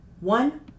One